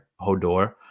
Hodor